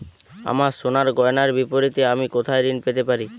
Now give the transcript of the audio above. আমার সোনার গয়নার বিপরীতে আমি কোথায় ঋণ পেতে পারি?